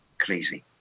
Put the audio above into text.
crazy